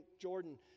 Jordan